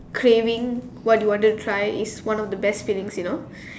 craving what you wanted to try is one of the best feelings you know